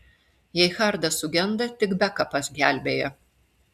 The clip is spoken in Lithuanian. jei hardas sugenda tik bekapas gelbėja